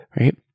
right